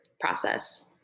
process